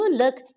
look